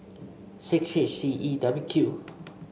six H C E W Q